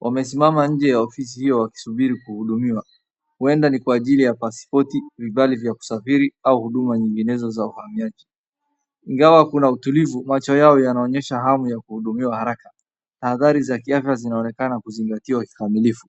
Wamesimama nje ya ofisi hiyo wakisubiri kuhudumiwa, huenda ni kwa ajili ya pasipoti, vibali vya kusafiri au huduma nyinginezo za uhamiaji. Ingawa kuna utulivu, macho yao yanaonyesha hamu ya kuhudumiwa haraka, na hadhari za kiafya zinaonekana kuzingatiwa kikamilifu.